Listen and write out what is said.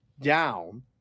down